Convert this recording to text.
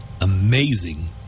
amazing